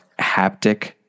haptic